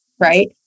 Right